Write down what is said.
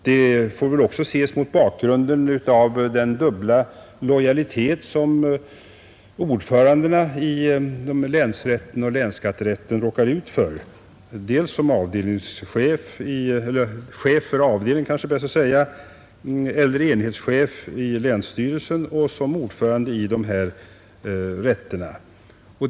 Detta får väl också ses mot bakgrunden av den dubbla lojalitet som ordförandena i länsrätten och länsskatterätten råkar ut för när de är dels chefer för avdelning eller enhet i länsstyrelsen, dels ordförande i rätterna.